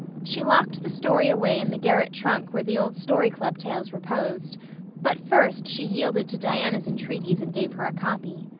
she locked the story away in the garret trunk where the old story club tales reposed but first she yielded to diana's entreaties and gave her a copy.